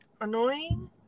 annoying